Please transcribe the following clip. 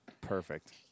Perfect